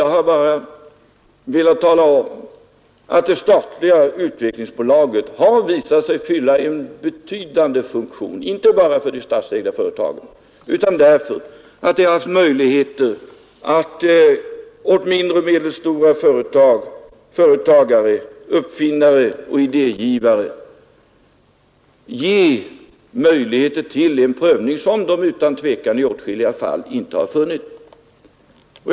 Jag har bara velat tala om att det statliga utvecklingsbolaget har visat sig fylla en betydande funktion, inte bara för de statsägda företagen, utan det ger åt mindre och medelstora företagare, uppfinnare och idégivare möjligheter till en prövning, som de utan tvivel i åtskilliga fall inte har funnit på annat håll.